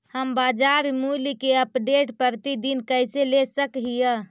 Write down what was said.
हम बाजार मूल्य के अपडेट, प्रतिदिन कैसे ले सक हिय?